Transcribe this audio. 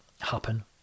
happen